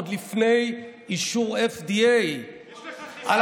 עוד לפני אישור FDA. יש לך חיסון.